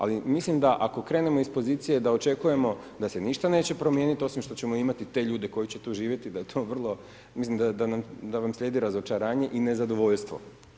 Ali, mislim da ako krenemo iz pozicije da očekujemo, da se ništa neće promijeniti, osim što ćemo imati te ljude koji će tu živjeti, mislim da nam slijedi razočaranje i nezadovoljstvo.